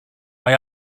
mae